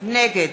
נגד